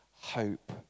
hope